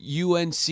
UNC